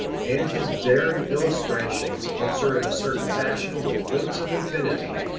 and his very illustrations answer in a certain fashion with winds of infinity,